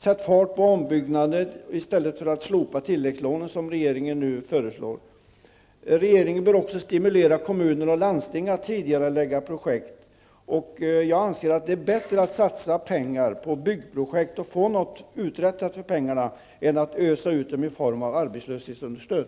Sätt fart på ombyggnader i stället för att slopa tilläggslånen, som regeringen nu föreslår! Regeringen bör också stimulera kommuner och landsting att tidigarelägga projekt. Det är bättre att satsa pengar på byggprojekt och få något uträttat för pengarna än att ösa ut dem i form av arbetslöshetsunderstöd.